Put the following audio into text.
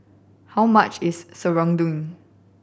how much is serunding